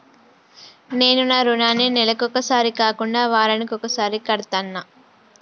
నేను నా రుణాన్ని నెలకొకసారి కాకుండా వారానికోసారి కడ్తన్నా